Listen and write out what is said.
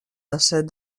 desert